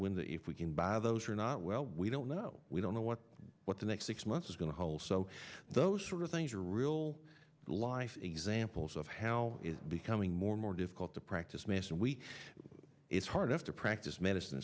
that if we can buy those who are not well we don't know we don't know what what the next six months is going to hold so those sort of things are real life examples of how is becoming more and more difficult to practice medicine we it's hard to practice medicine